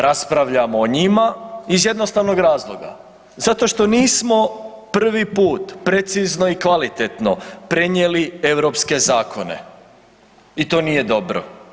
Raspravljamo o njima iz jednostavnog razloga, zato što nismo prvi put precizno i kvalitetno prenijeli europske zakone i to nije dobro.